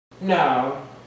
No